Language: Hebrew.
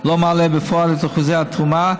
לא מעלה בפועל את אחוזי התרומה,